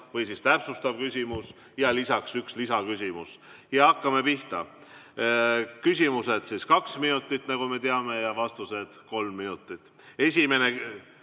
või täpsustav küsimus ja üks lisaküsimus. Hakkame pihta. Küsimused kaks minutit, nagu me teame, ja vastused kolm minutit.